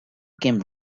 came